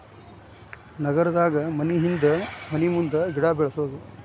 ನಗರದಾಗ ಮನಿಹಿಂದ ಮನಿಮುಂದ ಗಿಡಾ ಬೆಳ್ಸುದು